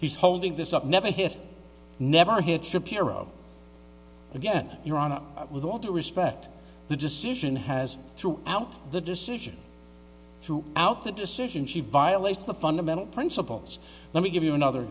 she's holding this up never hit never hit shapiro again you're on it with all due respect the decision has thrown out the decision threw out the decision she violates the fundamental principles let me give you another